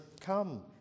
Come